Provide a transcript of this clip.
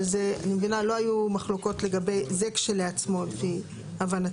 אבל זה אני מבינה לא היו מחלוקות לגבי זה כשלעצמו לפי הבנתי.